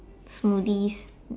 smoothies